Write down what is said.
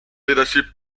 leadership